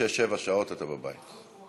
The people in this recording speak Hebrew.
שש-שבע שעות אתה בבית.